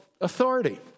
authority